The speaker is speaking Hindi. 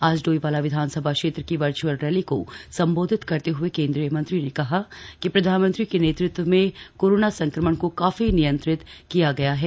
आज डोईवाला विधानसभा क्षेत्र की वर्च्अल रैली को संबोधित करते हए केंद्रीय मंत्री ने कहा कि प्रधानमंत्री के नेतृत्व में कोरोना संक्रमण को काफी नियंत्रित किया गया है